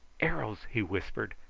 arrows! he whispered.